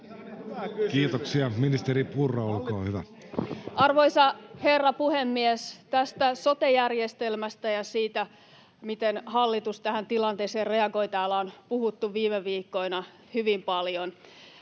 kesk) Time: 16:30 Content: Arvoisa herra puhemies! Tästä sote-järjestelmästä ja siitä, miten hallitus tähän tilanteeseen reagoi, on täällä puhuttu viime viikkoina hyvin paljon.